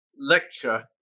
lecture